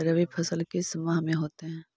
रवि फसल किस माह में होते हैं?